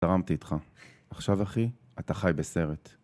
זרמתי איתך, עכשיו אחי אתה חי בסרט